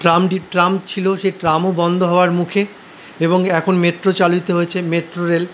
tram tram ছিল সেই ট্রামও বন্ধ হওয়ার মুখে এবং এখন মেট্রো চালিত হয়েছে মেট্রোরেল